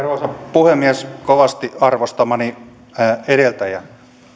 puhemies kovasti arvostamani edeltäjä